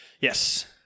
Yes